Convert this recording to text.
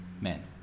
men